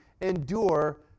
endure